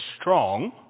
strong